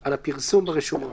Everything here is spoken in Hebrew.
על הפרסום ברשומות.